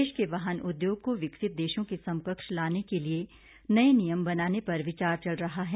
देश के वाहन उद्योग को विकसित देशों के समकक्ष लाने के लिए नये नियम बनाने पर विचार चल रहा है